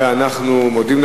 חוק ומשפט.